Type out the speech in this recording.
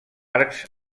arcs